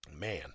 Man